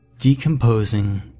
Decomposing